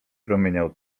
promieniał